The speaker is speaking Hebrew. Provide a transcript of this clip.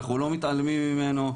אנחנו לא מתעלמים ממנו,